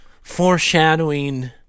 foreshadowing